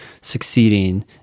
succeeding